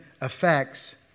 affects